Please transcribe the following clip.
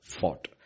fought